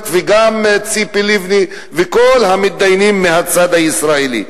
וגם ציפי לבני וכל המתדיינים מהצד הישראלי.